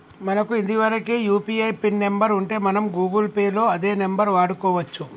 మనకు ఇదివరకే UPI pin number ఉంటే మనం గూగుల్ పే లో అదే నెంబర్ వాడుకోవచ్చు